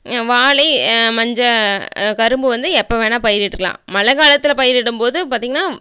வாழை மஞ்ச கரும்பு வந்து எப்போ வேணா பயிரிட்டுக்கலாம் மழை காலத்தில் பயிரிடம் போது பார்த்திங்கனா